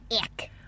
ick